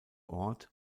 ort